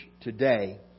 today